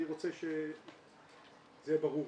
אני רוצה שזה יהיה ברור,